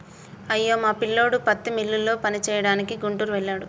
అయ్యో మా పిల్లోడు పత్తి మిల్లులో పనిచేయడానికి గుంటూరు వెళ్ళాడు